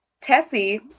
Tessie